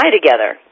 together